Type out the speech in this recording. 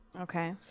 Okay